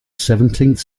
seventeenth